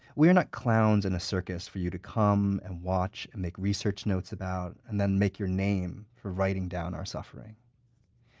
we are not clowns in a circus for you to come and watch and make research notes about and then make your name for writing down our suffering.